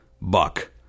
buck